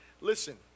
Listen